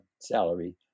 salary